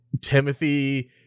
Timothy